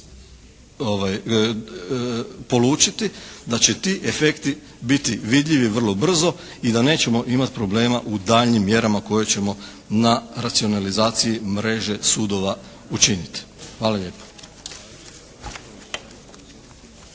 polučiti, da će ti efekti biti vidljivi vrlo brzo i da nećemo imati problema u daljnjim mjerama koje ćemo na racionalizaciji mreže sudova učiniti. Hvala lijepo.